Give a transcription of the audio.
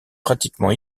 pratiquement